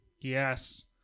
Yes